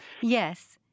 Yes